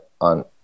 on